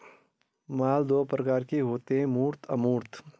माल दो प्रकार के होते है मूर्त अमूर्त